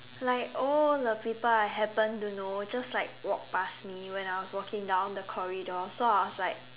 like all the people I happen to know just like walk past me when I was walking down the corridor so I was like